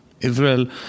Israel